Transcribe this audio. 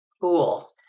Cool